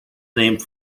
named